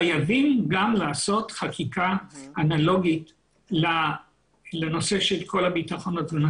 חייבים גם לעשות חקיקה אנלוגית לנושא של כל הביטחון התזונתי.